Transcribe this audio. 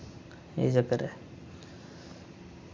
एह् चक्कर ऐ